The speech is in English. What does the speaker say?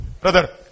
brother